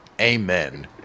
Amen